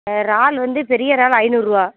இறால் வந்து பெரிய இறால் ஐந்நூறுபா